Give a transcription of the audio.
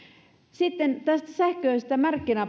sitten tästä sähköisestä